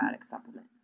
supplement